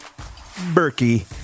Berkey